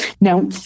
Now